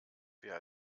wer